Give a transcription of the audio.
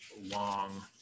Long